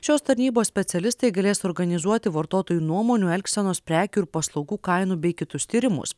šios tarnybos specialistai galės organizuoti vartotojų nuomonių elgsenos prekių ir paslaugų kainų bei kitus tyrimus